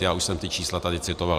Já už jsem ta čísla tady citoval.